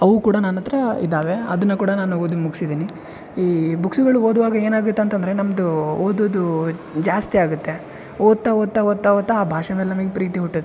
ಅವು ಕೂಡ ನನ್ನಹತ್ರ ಇದಾವೆ ಅದನ್ನ ಕೂಡ ನಾನು ಓದಿ ಮುಗಿಸಿದ್ದೀನಿ ಈ ಬುಕ್ಸ್ಗಳು ಓದುವಾಗ ಏನಾಗುತ್ತೆ ಅಂತಂದರೆ ನಮ್ಮದು ಓದೋದು ಜಾಸ್ತಿ ಆಗುತ್ತೆ ಓದ್ತಾ ಓದ್ತಾ ಓದ್ತಾ ಓದ್ತಾ ಆ ಭಾಷೆ ಮೇಲೆ ನಮಗೆ ಪ್ರೀತಿ ಹುಟ್ಟುತ್ತೆ